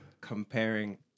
comparing